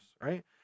right